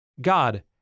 God